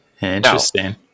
Interesting